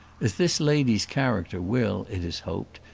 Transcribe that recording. as this lady's character will, it is hoped,